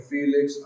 Felix